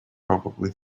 probably